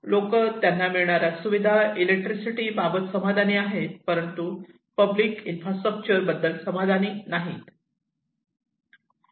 लोक त्यांना मिळणाऱ्या सुविधा इलेक्ट्रिसिटी याबाबत समाधानी आहेत परंतु पब्लिक इंफ्रास्ट्रक्चर बद्दल समाधानी नाहीत